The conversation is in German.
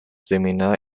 seminar